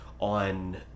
on